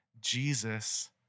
Jesus